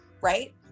Right